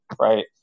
right